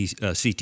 CT